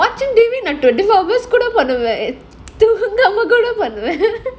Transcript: watching T_V நான்:naan twenty four hours கூட பண்ணுவேன்:kooda pannuvaen